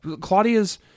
Claudia's